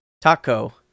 Taco